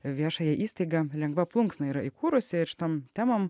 viešąją įstaigą lengva plunksna yra įkūrusi ir šitom temom